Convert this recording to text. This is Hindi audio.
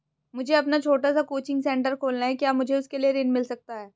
मुझे अपना छोटा सा कोचिंग सेंटर खोलना है क्या मुझे उसके लिए ऋण मिल सकता है?